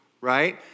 right